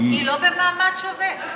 היא לא במעמד שווה.